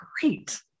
great